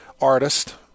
artist